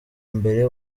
mbere